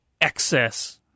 excess